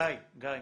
גיא, גיא.